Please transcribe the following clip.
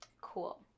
cool